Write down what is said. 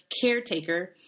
caretaker